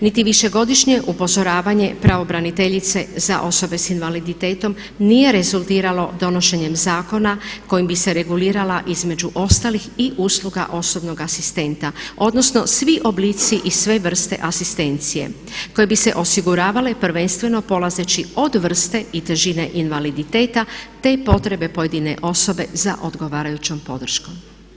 Niti višegodišnje upozoravanje pravobraniteljice za osobe s invaliditetom nije rezultiralo donošenjem zakona kojim bi se regulirala između ostalih i usluga osobnog asistenta odnosno svi oblici i sve vrste asistencije koje bi se osiguravale prvenstveno polazeći od vrste i težine invaliditeta te potrebe pojedine osobe za odgovarajućom podrškom.